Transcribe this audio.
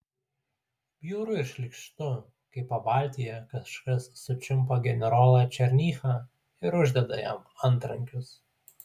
bjauru ir šlykštu kai pabaltijyje kažkas sučiumpa generolą černychą ir uždeda jam antrankius